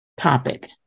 topic